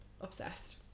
Obsessed